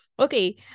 Okay